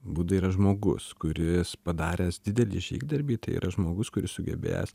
buda yra žmogus kuris padaręs didelį žygdarbį tai yra žmogus kuris sugebėjęs